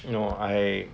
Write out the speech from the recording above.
no I